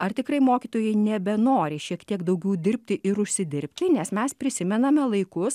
ar tikrai mokytojai nebenori šiek tiek daugiau dirbti ir užsidirbti nes mes prisimename laikus